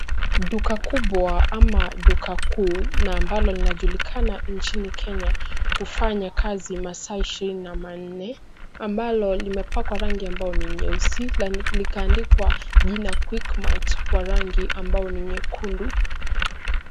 Duka kubwa ama duka kuu na ambalo linajulikana nchini Kenya kufanya kazi masaa ishirini na manne ambalo limepakwa rangi ambayo ni nyeusi na likaandikwa jina Quickmart kwa rangi ambayo ni nyekundu.